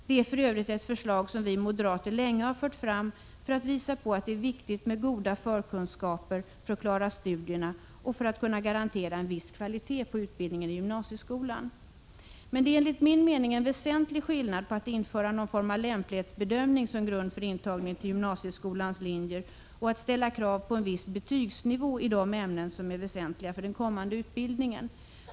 Det är för övrigt ett förslag som vi moderater länge har fört fram för att visa på att det är viktigt med goda förkunskaper för att klara studierna och för att garantera en viss kvalitet på utbildningen i gymnasieskolan. Men det är enligt min mening en väsentlig skillnad mellan att införa någon form av lämplighetsbedömning som grund för intagning till gymnasieskolans linjer och att ställa krav på en viss betygsnivå i de ämnen som är väsentliga för den kommande utbildningen.